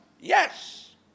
Yes